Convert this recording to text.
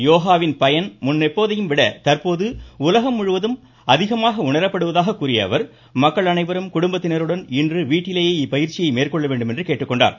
யோகாவின் பயன் முன் எப்போதையும் விட தற்போது உலகம் முழுவதும் அதிகமாக உணரப்படுவதாக கூறிய அவர் மக்கள் அனைவரும் குடும்பத்தினருடன் இன்று வீட்டிலேயே இப்பயிற்சியை மேற்கொள்ள வேண்டும் என்று கேட்டுக்கொண்டார்